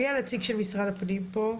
מי הנציג של משרד הפנים בדיון?